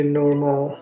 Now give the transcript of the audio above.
normal